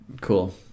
Cool